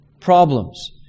problems